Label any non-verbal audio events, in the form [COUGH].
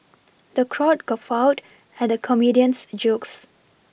[NOISE] the crowd guffawed at the comedian's jokes